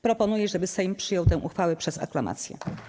Proponuję, żeby Sejm przyjął tę uchwałę przez aklamację.